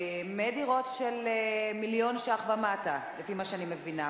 מדירות של מיליון ש"ח ומטה, לפי מה שאני מבינה.